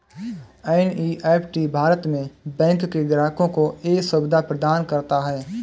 NEFT Bharat में bank के ग्राहकों को ये सुविधा प्रदान करता है